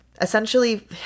essentially